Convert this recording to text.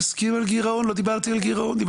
המנכ"לית של זרוע העבודה שמה את זה בעדיפות בדיוני תקציב,